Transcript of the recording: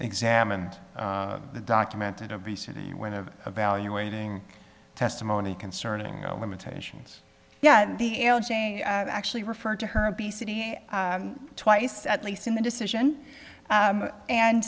examined the documented obesity when of evaluating testimony concerning limitations yeah i actually referred to her obesity and twice at least in the decision